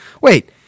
Wait